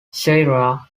sierra